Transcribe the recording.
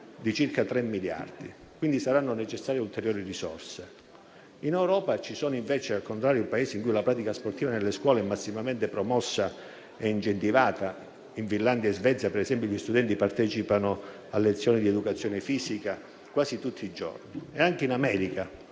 di circa 3 miliardi; quindi saranno necessarie ulteriori risorse. In Europa ci sono invece Paesi in cui la pratica sportiva nelle scuole è massimamente promossa e incentivata: in Finlandia e Svezia, ad esempio, gli studenti partecipano a lezioni di educazione fisica quasi tutti i giorni. Anche in America